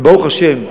וברוך השם,